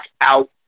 out